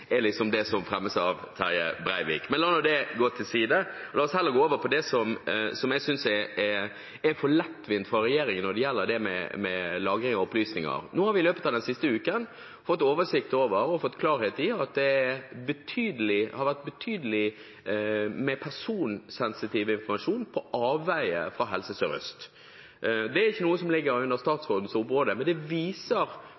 er det som fremmes av Terje Breivik. Men la nå det gå. La oss heller gå over på det som jeg synes er for lettvint av regjeringen når det gjelder lagring av opplysninger. I løpet av den siste uken har vi fått oversikt over og klarhet i at det har vært betydelig personsensitiv informasjon på avveie fra Helse Sør-Øst. Det er ikke noe som hører inn under